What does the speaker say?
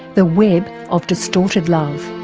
the web of distorted love.